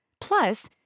Plus